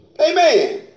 Amen